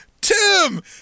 Tim